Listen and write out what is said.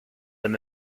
and